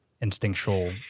instinctual